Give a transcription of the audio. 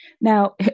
Now